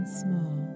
small